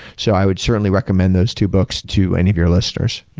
so i would certainly recommend those two books to any of your listeners.